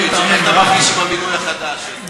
מרגיש עם המינוי החדש?